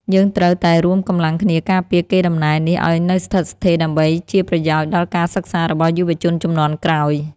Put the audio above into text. យើងត្រូវតែរួមកម្លាំងគ្នាការពារកេរដំណែលនេះឱ្យនៅស្ថិតស្ថេរដើម្បីជាប្រយោជន៍ដល់ការសិក្សារបស់យុវជនជំនាន់ក្រោយ។